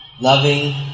loving